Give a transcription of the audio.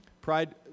Pride